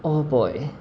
oh boy